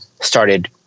started